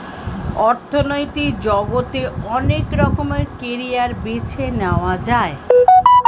অর্থনৈতিক জগতে অনেক রকমের ক্যারিয়ার বেছে নেয়া যায়